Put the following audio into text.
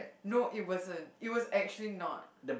no it wasn't it was actually not